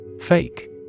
Fake